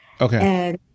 Okay